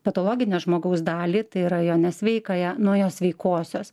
patologinio žmogaus dalį tai yra jo nesveikąją nuo jo sveikosios